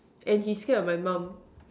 and he's scared of my mum